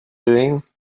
doing